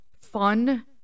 fun